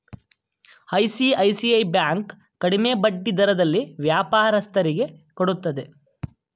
ICICI bank ಕಡಿಮೆ ಬಡ್ಡಿ ದರದಲ್ಲಿ ವ್ಯಾಪಾರಸ್ಥರಿಗೆ ಕೊಡುತ್ತದೆ